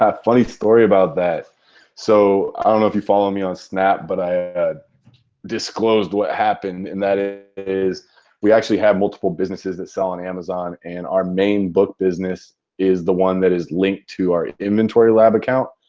ah funny story about that so i don't know if you follow me on snap but i disclosed what happened. and that it is we actually have multiple businesses that sell on amazon and our main book business is the one that is linked to our inventory lab account.